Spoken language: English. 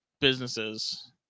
businesses